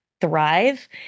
thrive